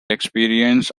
experience